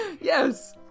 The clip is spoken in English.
Yes